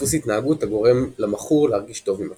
דפוס התנהגות הגורם למכור להרגיש טוב עם עצמו.